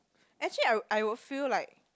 actually I would I would feel like